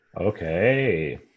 Okay